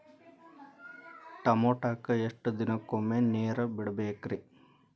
ಟಮೋಟಾಕ ಎಷ್ಟು ದಿನಕ್ಕೊಮ್ಮೆ ನೇರ ಬಿಡಬೇಕ್ರೇ?